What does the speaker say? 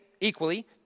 equally